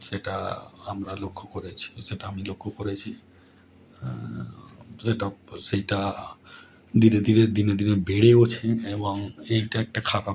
সেটা আমরা লক্ষ্য করেছি সেটা আমি লক্ষ্য করেছি সেটা সেটা ধীরে ধীরে দিনে দিনে বেড়েওছে এবং এটা একটা খারাপ